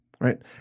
right